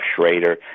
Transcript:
Schrader